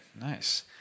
nice